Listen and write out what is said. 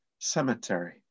cemetery